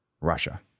Russia